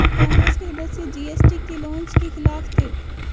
कांग्रेस के सदस्य जी.एस.टी के लॉन्च के खिलाफ थे